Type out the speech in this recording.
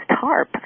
tarp